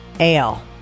Ale